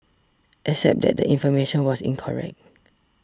except that the information was incorrect